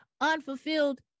unfulfilled